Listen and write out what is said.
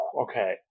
Okay